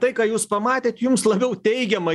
tai ką jūs pamatėt jums labiau teigiamai